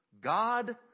God